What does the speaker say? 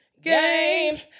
Game